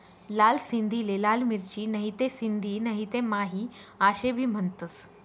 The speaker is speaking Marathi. लाल सिंधीले लाल मिरची, नहीते सिंधी नहीते माही आशे भी म्हनतंस